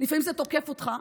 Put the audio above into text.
לפעמים זה תוקף אותך.